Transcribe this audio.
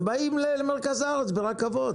הם באים למרכז הארץ ברכבות.